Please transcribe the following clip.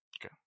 Okay